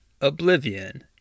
Oblivion